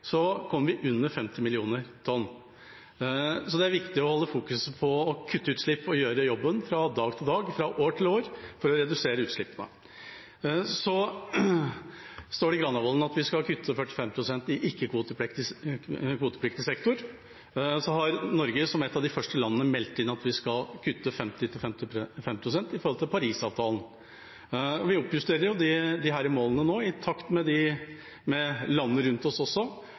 kommer vi under 50 millioner tonn. Så det er viktig å holde fokuset på å kutte utslipp og gjøre jobben fra dag til dag, fra år til år, for å redusere utslippene. I Granavolden-plattformen står det at vi skal kutte 45 pst. i ikke-kvotepliktig sektor. Så har Norge som et av de første landene meldt inn at vi skal kutte 50–55 pst. i forhold til Parisavtalen, og vi oppjusterer også disse målene nå i takt med landene rundt oss, og for å nå de ulike målene, enten det er sammenlignet med